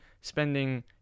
spending